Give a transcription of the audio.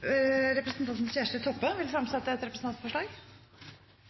Representanten Kjersti Toppe vil fremsette et representantforslag.